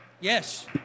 Yes